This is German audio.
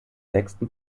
sechsten